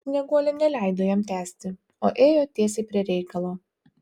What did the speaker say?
snieguolė neleido jam tęsti o ėjo tiesiai prie reikalo